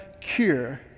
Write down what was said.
cure